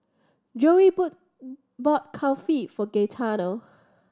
Joey boat bought Kulfi for Gaetano